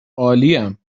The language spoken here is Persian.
عالیم